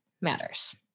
matters